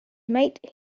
mate